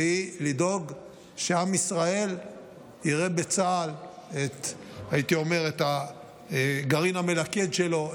והיא לדאוג שעם ישראל יראה בצה"ל את הגרעין המלכד שלו,